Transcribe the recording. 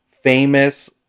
famous